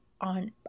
on